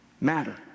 matter